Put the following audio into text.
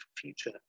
future